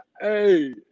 hey